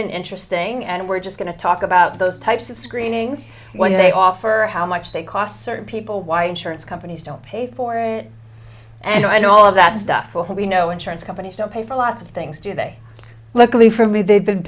and interesting and we're just going to talk about those types of screenings where they offer how much they cost certain people why insurance companies don't pay for it and i know all of that stuff will be no insurance companies don't pay for lots of things today luckily for me they've been